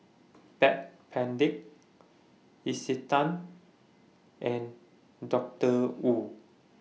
Backpedic Isetan and Doctor Wu